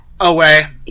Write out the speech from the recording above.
away